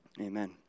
Amen